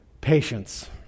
patience